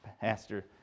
Pastor